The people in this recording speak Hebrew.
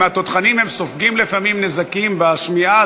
התותחנים סופגים לפעמים נזקים בשמיעה,